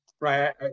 Right